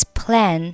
plan